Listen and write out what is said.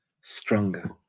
stronger